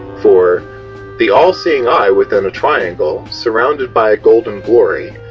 for the all seeing eye within a triangle surrounded by a golden glory,